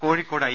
Kozhikode I